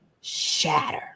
shatter